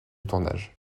tournage